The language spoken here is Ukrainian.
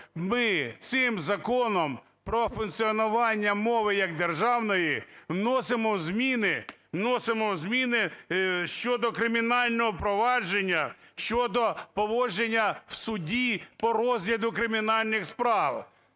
ми цим Законом про функціонування мови як державної вносимо зміни, вносимо зміни щодо кримінального провадження щодо поводження в суді по розгляду кримінальних справ.